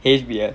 H_B_L